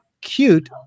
cute